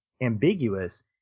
ambiguous